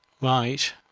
Right